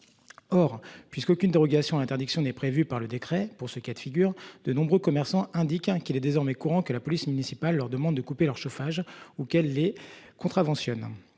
Or puisqu'aucune dérogation à l'interdiction n'est prévue par le décret pour ce cas de figure, de nombreux commerçants indique qu'il est désormais courant que la police municipale leur demandent de couper leur chauffage ou les contraventions.